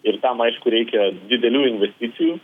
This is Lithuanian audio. ir tam aišku reikia didelių investicijų